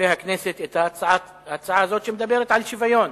והכנסת את ההצעה הזאת שמדברת על שוויון.